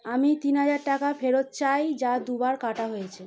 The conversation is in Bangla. আমি তিন হাজার টাকা ফেরত চাই যা দুবার কাটা হয়েছে